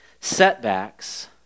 setbacks